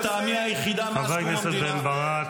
לטעמי היחידה מאז קום המדינה --- חבר הכנסת בן ברק,